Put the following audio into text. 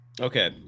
Okay